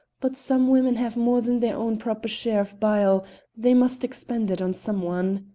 but some women have more than their own proper share of bile they must expend it on some one.